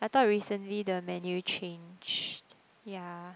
I thought recently the menu changed ya